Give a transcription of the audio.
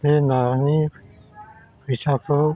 बे नानि फैसाखौ